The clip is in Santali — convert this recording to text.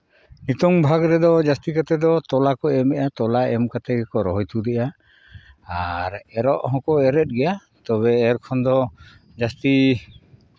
ᱱᱤᱛᱚᱝ ᱵᱷᱟᱜᱽ ᱨᱮᱫᱚ ᱡᱟᱹᱥᱛᱤ ᱠᱟᱛᱮᱫ ᱫᱚ ᱛᱚᱞᱟ ᱠᱚ ᱮᱢᱮᱫᱼᱟ ᱛᱚᱞᱟ ᱮᱢ ᱠᱟᱛᱮᱫ ᱠᱚ ᱨᱚᱦᱚᱭ ᱛᱩᱫᱮᱫᱼᱟ ᱟᱨ ᱮᱨᱚᱜ ᱦᱚᱸᱠᱚ ᱮᱨᱮᱜ ᱜᱮᱭᱟ ᱛᱚᱵᱮ ᱮᱨ ᱠᱷᱚᱱ ᱫᱚ ᱡᱟᱹᱥᱛᱤ